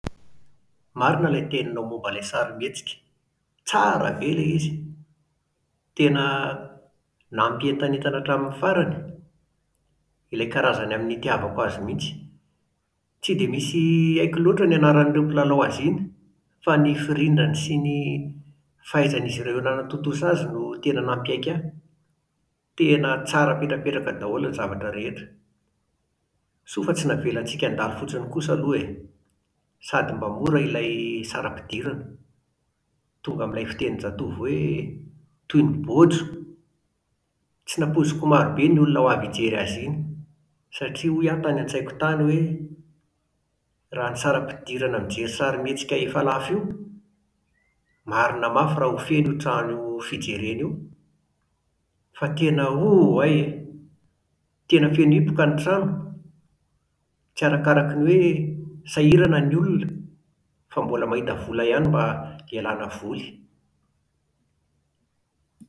Marina ilay teninao momba ilay sarimihetsika, tsa-r-ra be ilay izy. Tena nampientanentana hatramin'ny farany. Ilay karazany amin'ny itiavako azy mihitsy. Tsy dia misy haiko loatra ny anaran'ireo milalao azy iny, fa ny firindrany sy ny fahaizan'izy ireo nanatontosa azy no tena nampiaiky ahy. Tena tsara petrapetraka daholo ny zavatra rehetra. Soa fa tsy navelantsika handalo fotsiny kosa aloha e. Sady mba mora ilay saram-pidirana. Tonga amin'ilay fitenin-jatovo hoe toy ny bôjo. Tsy nampoiziko ho marobe ny olona ho avy hijery azy iny, satria hoy aho tany an-tsaiko tany hoe: raha saram-pidirana mijery sarimihetsika efa lafo io, marina mafy raha ho feno io trano fijerena io! Fa tena Oayeee! Tena feno hipoka ny trano. Tsy arakaraky ny hoe sahirana ny olona, fa mbola mahita vola ihany mba hialana voly.